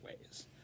ways